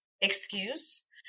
excuse